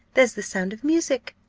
there's the sound of music.